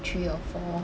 three or four